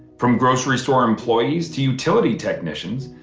from grocery store employees, to utility technicians,